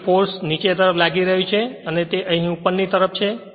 પછી ફોર્સ નીચે ની તરફ લાગી રહ્યું છે અને અહીં તે અહીં ઉપરની તરફ છે